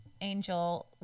angel